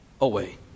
away